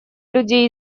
людей